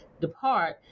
depart